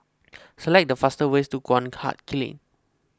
Select the fastest ways to Guan Huat Kiln